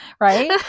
right